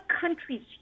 countries